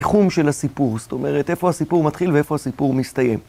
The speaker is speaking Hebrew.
תחום של הסיפור, זאת אומרת, איפה הסיפור מתחיל ואיפה הסיפור מסתיים.